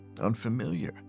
unfamiliar